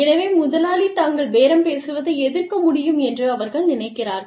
எனவே முதலாளி தாங்கள் பேரம் பேசுவதை எதிர்க்க முடியும் என்று அவர்கள் நினைக்கிறார்கள்